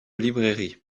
librairie